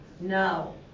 No